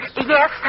Yes